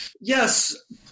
yes